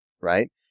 right